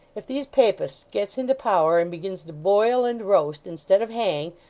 if these papists gets into power, and begins to boil and roast instead of hang,